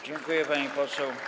Dziękuję, pani poseł.